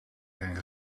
erin